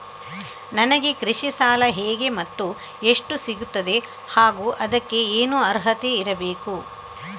ನನಗೆ ಕೃಷಿ ಸಾಲ ಹೇಗೆ ಮತ್ತು ಎಷ್ಟು ಸಿಗುತ್ತದೆ ಹಾಗೂ ಅದಕ್ಕೆ ಏನು ಅರ್ಹತೆ ಇರಬೇಕು?